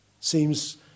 seems